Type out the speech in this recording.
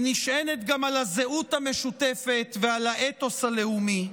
היא נשענת גם על הזהות המשותפת ועל האתוס הלאומי.